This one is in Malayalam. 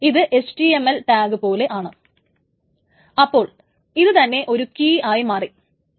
ഇത് HTML ടാഗ് പോലെയാണ് അപ്പോൾ ഇതു തന്നെ ഒരു കീ ആയി മാറുകയാണ്